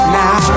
now